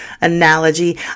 analogy